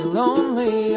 lonely